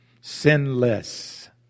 sinless